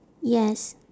yes